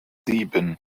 sieben